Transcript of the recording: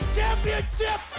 Championship